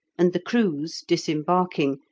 and the crews, disembarking,